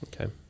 okay